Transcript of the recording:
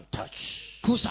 touch